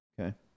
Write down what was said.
Okay